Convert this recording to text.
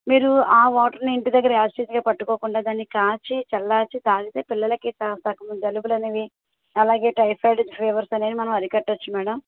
మీరు ఆ వాటర్ని ఇంటి దగ్గర అస్ ఇట్ ఈస్గా పట్టుకోకుండా దాన్ని కాచి చల్లార్చి తాగితే పిల్లలకి సగం జలుబులు అనేవి అలాగే టైఫాయిడ్ ఫీవర్స్ అనేవి మనం అరికట్టవచ్చు మ్యాడమ్